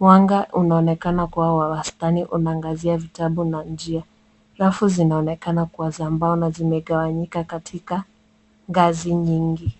Mwanga unaonekana kuwa wa wastani unaangazia vitabu na njia. Rafu zinaonekana kuwa za mbao na zimegawanyika katika ngazi nyingi.